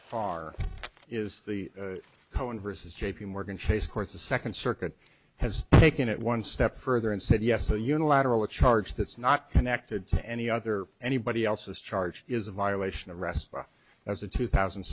far is the cohen vs j p morgan chase court the second circuit has taken it one step further and said yes a unilateral a charge that's not connected to any other anybody else's charge is a violation of arrest as a two thousand